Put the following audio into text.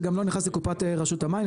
זה גם לא נכנס לקופת רשות המים,